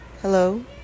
hello